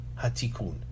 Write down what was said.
Hatikun